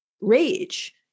rage